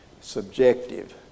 subjective